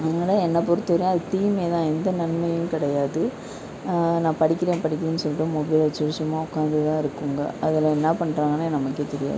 அதனால என்ன பொறுத்த வரையும் அது தீமை தான் எந்த நன்மையும் கிடையாது நான் படிக்கிறேன் படிக்கிறேன் சொல்லிட்டு மொபைலை வச்சிக்கிட்டு சும்மா உட்காந்து தான் இருக்குதுங்க அதில் என்ன பண்ணுறாங்கன்னு நமக்கே தெரியாது